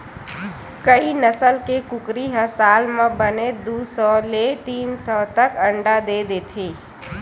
कइ नसल के कुकरी ह साल म बने दू सौ ले तीन सौ तक के अंडा दे देथे